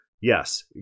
Yes